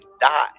die